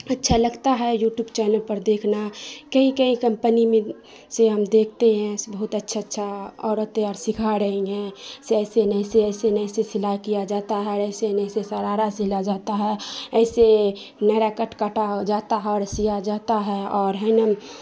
اچھا لگتا ہے یو ٹیوب چینل پر دیکھنا کہیں کہیں کمپنی میں سے ہم دیکھتے ہیں جیسے بہت اچھا اچھا عورتیں اور سکھا رہی ہیں اسے ایسے نہیں اسے ایسے نہیں سلائی کیا جاتا ہے ایسے نہیں ایسے شرارا سلا جاتا ہے ایسے نائرا کٹ کاٹا جاتا ہے اور سیا جاتا ہے اور ہے نا